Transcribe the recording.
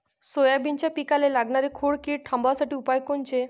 सोयाबीनच्या पिकाले लागनारी खोड किड थांबवासाठी उपाय कोनचे?